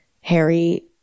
Harry